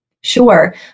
Sure